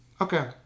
Okay